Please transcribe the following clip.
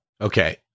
Okay